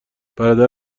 برادر